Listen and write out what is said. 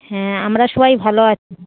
হ্যাঁ আমরা সবাই ভালো আছি